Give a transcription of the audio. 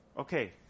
okay